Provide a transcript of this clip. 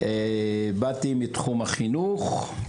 באתי מתחום החינוך,